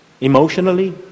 emotionally